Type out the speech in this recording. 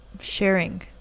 sharing